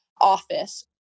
office